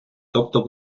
тобто